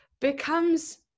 becomes